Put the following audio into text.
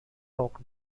rock